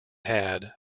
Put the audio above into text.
had